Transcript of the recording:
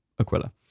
Aquila